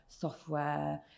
software